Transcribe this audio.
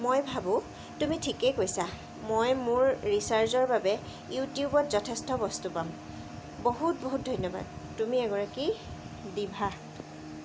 মই ভাবোঁ তুমি ঠিকেই কৈছাঁ মই মোৰ ৰিচাৰ্ছৰ বাবে ইউটিউবত যথেষ্ট বস্তু পাম বহুত বহুত ধন্যবাদ তুমি এগৰাকী ডিভা